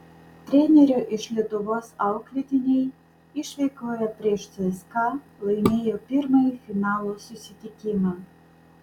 trenerio iš lietuvos auklėtiniai išvykoje prieš cska laimėjo pirmąjį finalo susitikimą